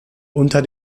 unter